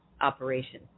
operation